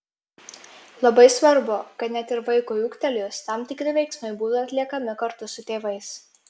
labai svarbu kad net ir vaikui ūgtelėjus tam tikri veiksmai būtų atliekami kartu su tėvais